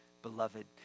beloved